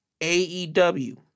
AEW